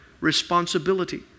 responsibility